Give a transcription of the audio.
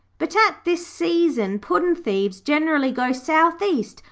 but at this season puddin'-thieves generally go south-east,